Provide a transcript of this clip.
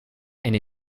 and